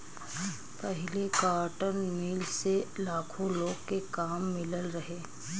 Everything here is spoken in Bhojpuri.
पहिले कॉटन मील से लाखो लोग के काम मिलल रहे